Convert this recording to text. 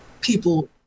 people